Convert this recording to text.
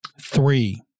Three